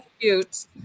cute